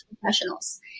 professionals